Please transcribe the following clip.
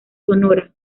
sonora